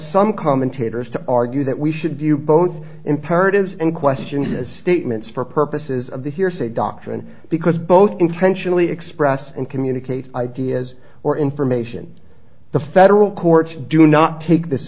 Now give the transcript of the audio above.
some commentators to argue that we should view both imperatives and questions as statements for purposes of the hearsay doctrine because both intentionally express and communicate ideas or information the federal courts do not take this